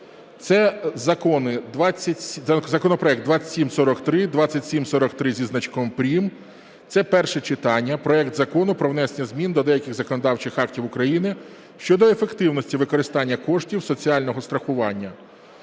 це законопроект 2743, 2743 зі значком "прим.". Це перше читання проект Закону про внесення змін до деяких законодавчих актів України щодо ефективності використання коштів соціального страхування.